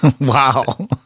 Wow